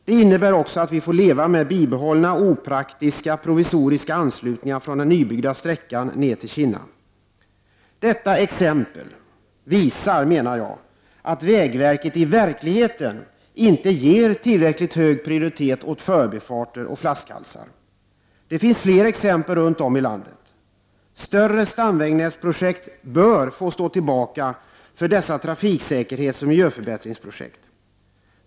Det innebär också att vi får leva med bibehållna opraktiska provisoriska anslutningar från den nybyggda sträckan ned till Kinna. Detta exempel visar, menar jag, att vägverket i verkligheten inte ger tillräckligt hög prioritet åt förbifarter och flaskhalsar. Det finns fler exempel runt om i landet. Större stamvägnätsprojekt bör få stå tillbaka för dessa trafiksäkerhetsoch miljöförbättringsprojekt.